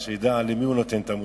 אז שידע למי הוא נותן את המוסר.